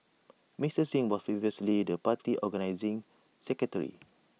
Mister Singh was previously the party's organising secretary